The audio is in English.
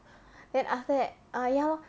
then after that ah ya lor